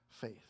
faith